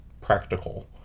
practical